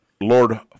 Lord